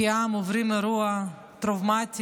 כעם עוברים אירוע טראומטי,